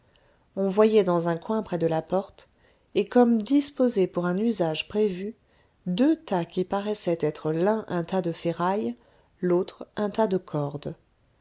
on voyait dans un coin près de la porte et comme disposés pour un usage prévu deux tas qui paraissaient être l'un un tas de ferrailles l'autre un tas de cordes